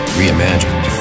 reimagined